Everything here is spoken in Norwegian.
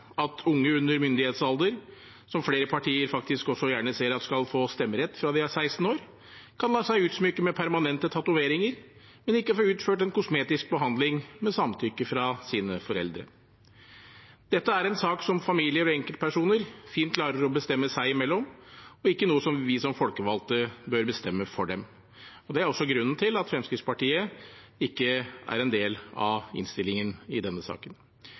at unge under myndighetsalder, som flere partier faktisk også gjerne ser skal få stemmerett fra de er 16 år, kan la seg utsmykke med permanente tatoveringer, men ikke få utført en kosmetisk behandling med samtykke fra sine foreldre. Dette er en sak som familier og enkeltpersoner fint klarer å bestemme seg imellom, og ikke noe vi som folkevalgte bør bestemme for dem. Det er også grunnen til at Fremskrittspartiet ikke er en del av innstillingen i denne saken.